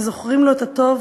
שזוכרים לו את הטוב